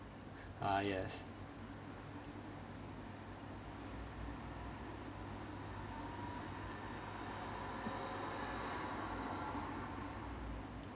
ah yes